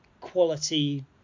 quality